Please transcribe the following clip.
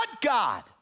God